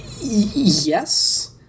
Yes